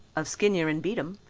of skinyer and beatem,